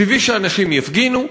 טבעי שאנשים יפגינו,